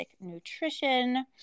nutrition